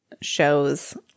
shows